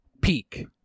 Peak